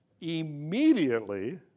immediately